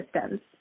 systems